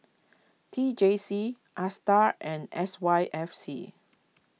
T J C Astar and S Y F C